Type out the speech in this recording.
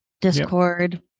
Discord